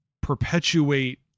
perpetuate